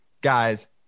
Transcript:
guys